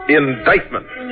indictment